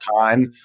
time